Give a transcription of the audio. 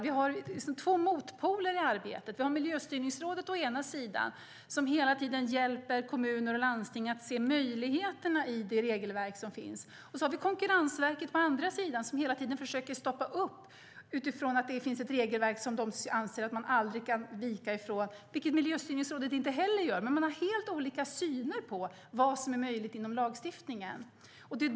Vi har två motpoler i arbetet, på ena sidan Miljöstyrningsrådet, som hela tiden hjälper kommuner och landsting att se möjligheterna i det regelverk som finns, och på andra sidan Konkurrensverket som hela tiden försöker stoppa upp utifrån att det finns ett regelverk som de anser att man aldrig kan vika från, vilket Miljöstyrningsrådet inte heller anser. Men man har helt olika syn på vad som är möjligt inom lagstiftningen.